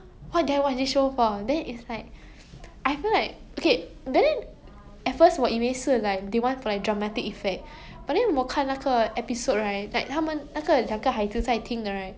so like what you say lor I think they already like trying to milk the story out cause a lot of story in this plot line it's really like very questionable then like 不用 like 不用在里面 [one] but you just have to watch it that kind of thing